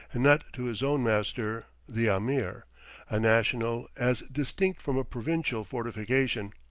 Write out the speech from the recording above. and not to his own master, the ameer a national, as distinct from a provincial, fortification.